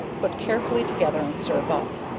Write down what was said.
put carefully together and serve up,